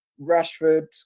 Rashford